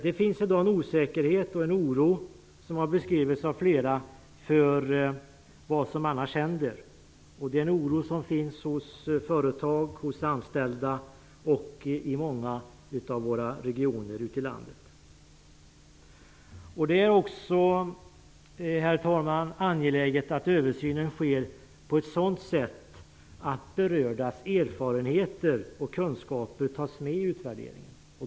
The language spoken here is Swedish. Det finns i dag en osäkerhet och en oro för vad som annars händer, och den har beskrivits av flera talare. Det är en oro som finns hos företag, hos anställda och i många av våra regioner ute i landet. Det är också, herr talman, angeläget att översynen sker på ett sådant sätt att de berördas erfarenheter och kunskaper tas med i utvärderingen.